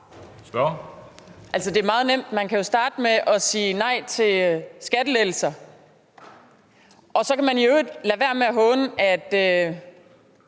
Det er jo meget nemt, for man kan starte med at sige nej til skattelettelser, og så kan man i øvrigt lade være med at håne os